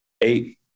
eight